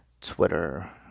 Twitter